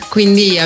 Quindi